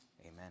Amen